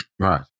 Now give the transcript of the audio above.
Right